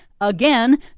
again